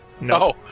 No